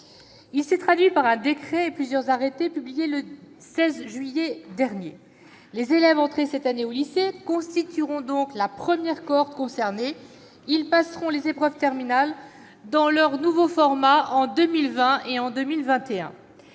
s'est traduit par un décret et par plusieurs arrêtés publiés le 16 juillet dernier. Les élèves entrés cette année au lycée constitueront la première cohorte concernée ; ils passeront les épreuves terminales dans leur nouveau format en 2020 et en 2021.